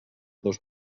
dos